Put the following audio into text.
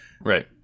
Right